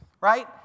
Right